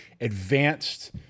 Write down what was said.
advanced